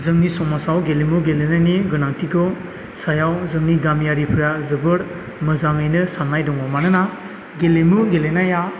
जोंनि समाजाव गेलेमु गेलेनायनि गोनांथिखौ सायाव जोंनि गामियारिफोरा जोबोद मोजाङैनो साननाय दङ मानोना गेलेमु गेलेनाया